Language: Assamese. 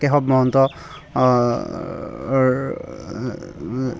কেশৱ মহন্তৰ